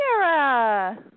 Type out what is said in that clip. Kara